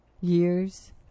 years